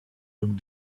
and